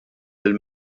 lill